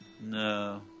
No